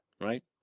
right